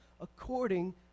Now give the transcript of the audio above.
according